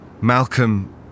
Malcolm